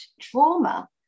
trauma